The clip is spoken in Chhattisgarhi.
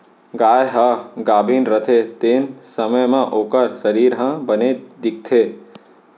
गाय ह गाभिन रथे तेन समे म ओकर सरीर ह बने दिखथे